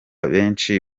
benshi